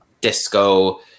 disco